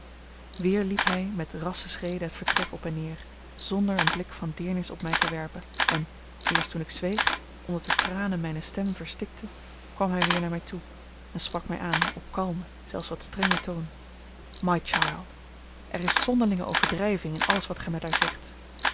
weer liep hij met rassche schreden het vertrek op en neer zonder een blik van deernis op mij te werpen en eerst toen ik zweeg omdat de tranen mijne stem verstikten kwam hij weer naar mij toe en sprak mij aan op kalmen zelfs wat strengen toon my child er is zonderlinge overdrijving in alles wat gij mij daar zegt